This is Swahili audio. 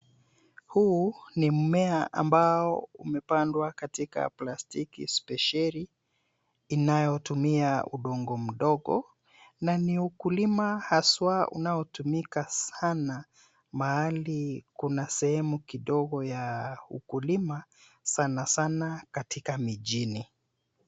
Huu ni mmea ambao umepandwa katika plastiki speciali inayotumia udongo mdogo na ni ukulima haswa unaotumika sana mahali kuna sehemu kidogo ya ukulima sanasana katika mijini.